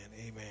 Amen